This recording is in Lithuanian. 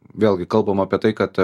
vėlgi kalbam apie tai kad